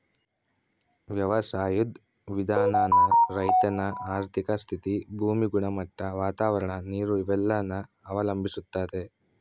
ವ್ಯವಸಾಯುದ್ ವಿಧಾನಾನ ರೈತನ ಆರ್ಥಿಕ ಸ್ಥಿತಿ, ಭೂಮಿ ಗುಣಮಟ್ಟ, ವಾತಾವರಣ, ನೀರು ಇವೆಲ್ಲನ ಅವಲಂಬಿಸ್ತತೆ